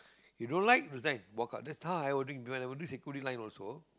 you don't like resign walk out that's how I was doing while when I was doing security line also